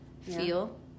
feel